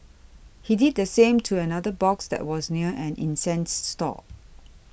he did the same to another box that was near an incense stall